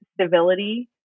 civility